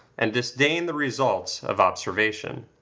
and disdain the results of observation.